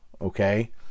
Okay